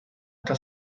está